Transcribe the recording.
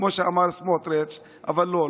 כמו שאמר סמוטריץ' אבל לא,